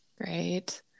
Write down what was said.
Great